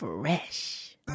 Fresh